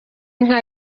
inka